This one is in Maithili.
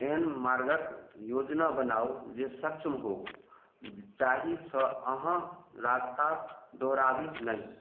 एहन मार्गक योजना बनाउ जे सक्षम हो जाहिसँ अहाँ रस्ता दोहराबी नहि